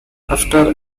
after